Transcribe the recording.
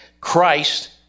Christ